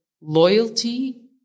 loyalty